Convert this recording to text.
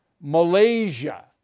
Malaysia